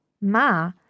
ma